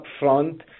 upfront